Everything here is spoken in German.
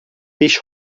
ich